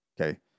Okay